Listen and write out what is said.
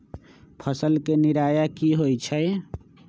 फसल के निराया की होइ छई?